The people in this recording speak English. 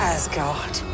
Asgard